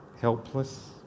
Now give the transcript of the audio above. helpless